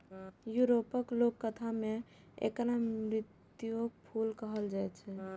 यूरोपक लोककथा मे एकरा मृत्युक फूल कहल जाए छै